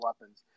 weapons